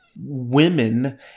women